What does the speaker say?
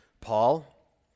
Paul